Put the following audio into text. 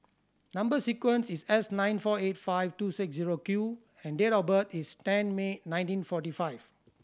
number sequence is S nine four eight five two six zero Q and date of birth is ten May nineteen forty five